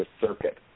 circuit